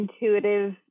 intuitive